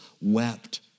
wept